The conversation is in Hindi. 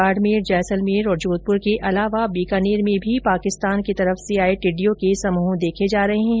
बाडमेर जैसलमेर और जोधपुर के अलावा बीकानेर में भी पाकिस्तान की तरफ से आये टिडि्डयों के समूह देखे जा रहे है